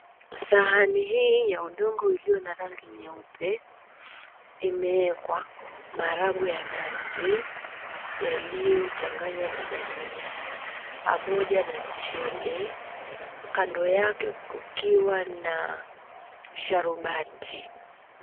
Sahani hii ya udongo iliyo na rangi nyeupe imeekwa maharagwe ya nazi yaliyochanganywa na dania pamoja na mchele, kando yake kukiwa na sharubati.